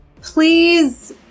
Please